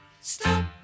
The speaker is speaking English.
stop